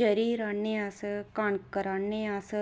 cherry राह्न्ने अस कनक राह्न्ने अस